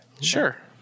Sure